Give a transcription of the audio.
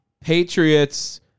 Patriots